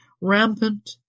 Rampant